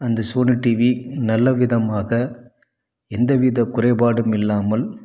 அந்த Sony TV நல்ல விதமாக எந்த வித குறைபாடும் இல்லாமல்